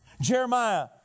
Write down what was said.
Jeremiah